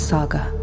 Saga